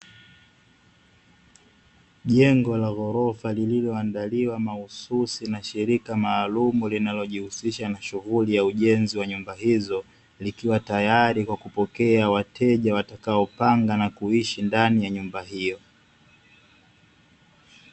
Jengo la ghorofa lililoandaliwa mahususi na shirika maalumu linalojihusisha na ujenzi wa nyumba hizo, likiwa tayari kupokea wateja watakaopanga na kuishi ndani ya nyumba hiyo.